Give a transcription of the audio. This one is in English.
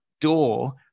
door